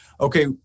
okay